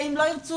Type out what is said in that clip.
ואם לא ירצו,